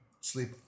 sleep